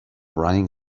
running